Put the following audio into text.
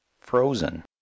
Frozen